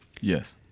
Yes